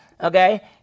Okay